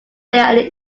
day